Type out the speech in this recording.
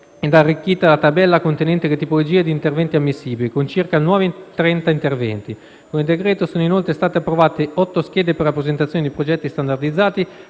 ed arricchita la tabella contenente le tipologie di intervento ammissibili, con circa trenta nuovi interventi. Con il decreto sono inoltre state approvate otto schede per la presentazione di progetti standardizzati,